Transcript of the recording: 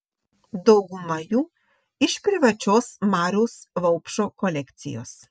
dauguma jų iš privačios mariaus vaupšo kolekcijos